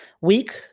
weak